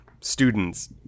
students